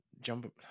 jump